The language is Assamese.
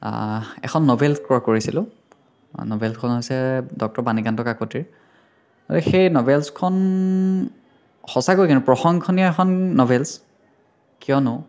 এখন নভেল ক্ৰয় কৰিছিলোঁ নভেলখন হৈছে ডক্তৰ বাণীকান্ত কাকতীৰ সেই নভেলচ্খন সঁচাকৈ কিন্তু প্ৰশংসনীয় এখন নভেলচ্ কিয়নো